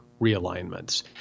realignments